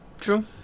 True